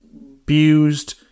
abused